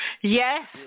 Yes